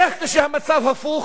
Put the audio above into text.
איך כשהמצב הפוך,